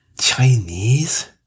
Chinese